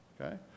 okay